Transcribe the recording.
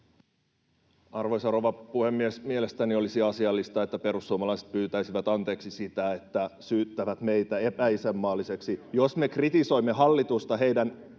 Arvoisa rouva puhemies! Mielestäni olisi asiallista, että perussuomalaiset pyytäisivät anteeksi sitä, että syyttävät meitä epäisänmaallisiksi, jos me kritisoimme hallitusta heidän